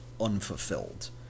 unfulfilled